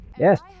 Yes